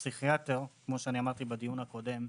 פסיכיאטר, כמו שאמרתי בדיון הקודם,